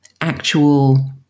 actual